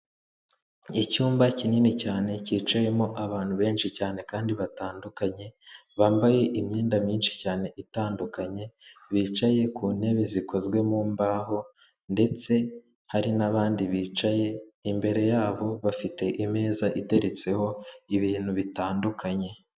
Icyumba kinini cyane cyicayemo abantu benshi cyane kandi batandukanye, bambaye imyenda myinshi cyane itandukanye, bicaye ku ntebe zikozwe mu mbaho ndetse hari n'abandi bicaye, imbere yabo bafite imeza iteretseho ibintu bitandukanye.